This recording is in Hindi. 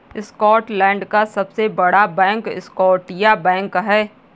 स्कॉटलैंड का सबसे बड़ा बैंक स्कॉटिया बैंक है